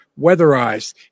weatherized